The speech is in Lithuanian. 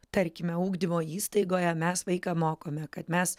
tarkime ugdymo įstaigoje mes vaiką mokome kad mes